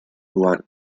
ruan